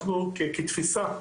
אנחנו כתפיסה,